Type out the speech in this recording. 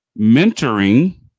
mentoring